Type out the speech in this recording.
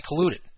colluded